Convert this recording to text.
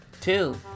Two